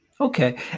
Okay